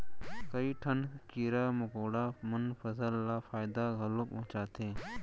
कई ठन कीरा मकोड़ा मन फसल ल फायदा घलौ पहुँचाथें